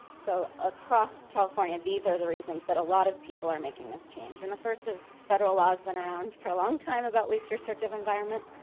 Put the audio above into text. so across california, these are the reasons that a lot of people are making this change. and the first is federal laws have been around for a long time about least restrictive environment,